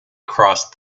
crossed